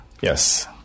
Yes